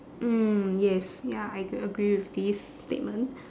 mm yes ya I ag~ agree with this statement